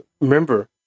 remember